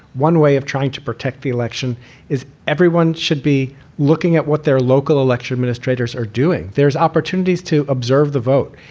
one way of trying to protect the election is everyone should be looking at what their local election administrators are doing there's opportunities to observe the vote.